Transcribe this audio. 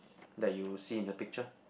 that you see in the picture